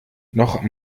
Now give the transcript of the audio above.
noch